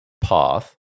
path